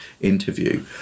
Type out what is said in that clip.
interview